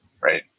right